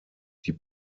die